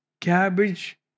cabbage